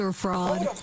FRAUD